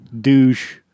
douche